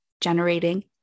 generating